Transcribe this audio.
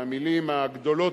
המלים הגדולות,